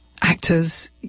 actors